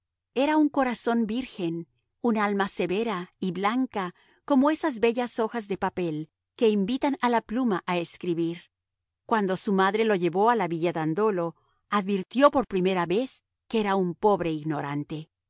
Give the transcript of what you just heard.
era un corazón virgen un alma severa y blanca como esas bellas hojas de papel que invitan a la pluma a escribir cuando su madre lo llevó a la villa dandolo advirtió por primera vez que era un pobre ignorante